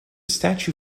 statue